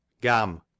Gam